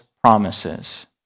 promises